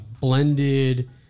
blended